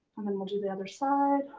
and then we'll do the other side.